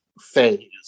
phase